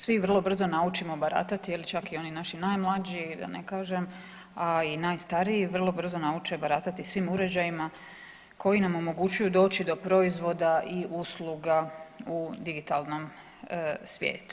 Svi vrlo brzo naučimo baratati je li čak i oni naši najmlađi da ne kažem, a i najstariji vrlo brzo nauče baratati svim uređajima koji nam omogućuju doći do proizvoda i usluga u digitalnom svijetu.